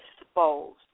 exposed